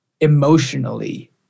emotionally